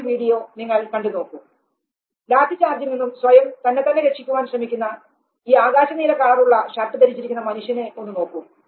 ഈ ഒരു വീഡിയോ നിങ്ങൾ കണ്ടു നോക്കൂ ലാത്തിച്ചാർജിൽ നിന്നും സ്വയം തന്നെത്തന്നെ രക്ഷിക്കുവാൻ ശ്രമിക്കുന്ന ഈ ആകാശ നീല കളർ ഉള്ള ഷർട്ട് ധരിച്ചിരിക്കുന്ന മനുഷ്യനെ ഒന്നു നോക്കൂ